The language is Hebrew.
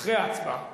אחרי ההצבעה.